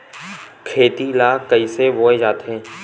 खेती ला कइसे बोय जाथे?